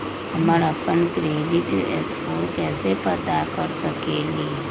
हम अपन credit score कैसे पता कर सकेली?